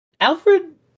Alfred